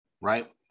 right